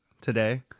today